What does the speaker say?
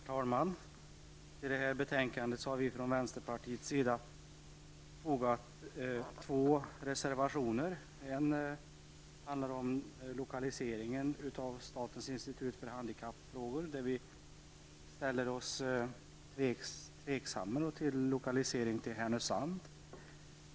Herr talman! Till detta betänkande har vi från vänsterpartiets sida fogat två reservationer. En reservation handlar om lokaliseringen av statens handikappsinstitut för skolfrågor. Vi ställer oss tveksamma till lokaliseringen till Härnösand.